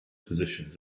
positions